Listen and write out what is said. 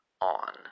On